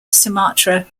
sumatra